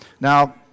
Now